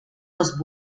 los